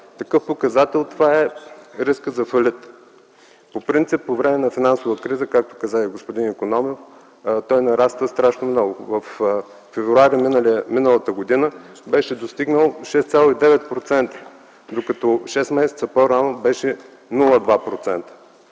Такъв показател е рискът за фалит. По принцип по време на финансова криза, както каза и господин Икономов, той нараства страшно много. През м. февруари миналата година беше достигнал 6,9%, докато шест месеца по-рано беше 0,2%.